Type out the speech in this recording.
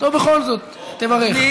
בכל זאת, תברך.